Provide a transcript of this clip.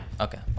okay